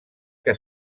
que